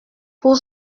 pour